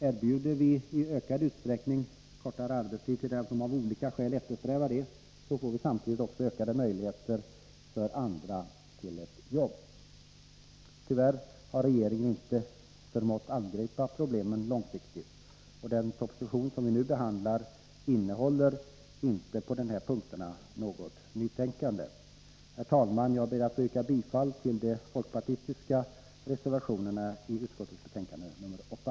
Erbjuder vi i ökad utsträckning kortare arbetstid till dem som av olika skäl eftersträvar det, får vi samtidigt ökade möjligheter för andra att få ett jobb. Tyvärr har regeringen inte förmått angripa problemen långsiktigt. Den proposition vi nu behandlar innehåller på dessa punkter inte något nytänkande. Herr talman! Jag ber att få yrka bifall till de folkpartistiska reservationerna i arbetsmarknadsutskottets betänkande 8.